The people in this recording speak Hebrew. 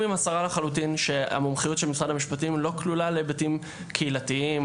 שלום ראש המועצה אילן שדה.